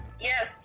Yes